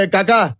Kaka